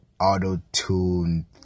auto-tune